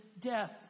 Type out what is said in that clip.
death